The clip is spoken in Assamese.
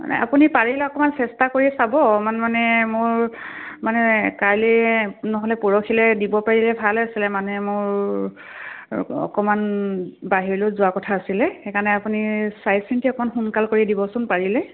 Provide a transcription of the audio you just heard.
মানে আপুনি পাৰিলে অকণমান চেষ্টা কৰি চাব অকণমান মানে মোৰ মানে কাইলে নহ'লে পৰহিলৈ দিব পাৰিলে ভাল আছিলে মানে মোৰ অকণমান বাহিৰলৈও যোৱা কথা আছিলে সেইকাৰণে আপুনি চাই চিন্তি অকণমান সোনকাল কৰি দিবচোন পাৰিলে